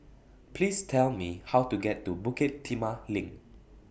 Please Tell Me How to get to Bukit Timah LINK